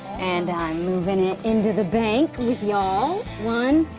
and i'm movin' it into the bank with y'all, one,